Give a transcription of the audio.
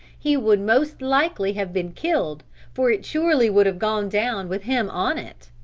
he would most likely have been killed for it surely would have gone down with him on it.